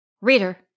Reader